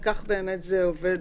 כולל תרגום, אגב.